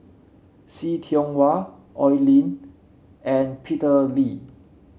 See Tiong Wah Oi Lin and Peter Lee